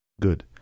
Good